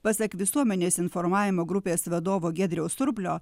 pasak visuomenės informavimo grupės vadovo giedriaus surplio